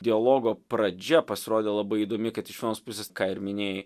dialogo pradžia pasirodė labai įdomi kad iš vienos pusės ką ir minėjai